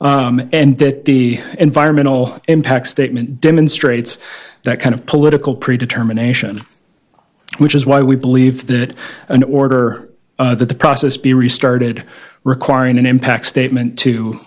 polity and that the environmental impact statement demonstrates that kind of political pre determination which is why we believe that in order that the process be restarted requiring an impact statement to